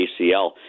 ACL